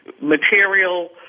material